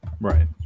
Right